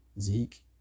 Zeke